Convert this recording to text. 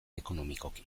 ekonomikoki